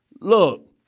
look